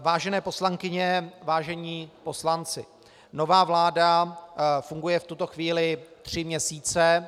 Vážené poslankyně, vážení poslanci, nová vláda funguje v tuto chvíli tři měsíce.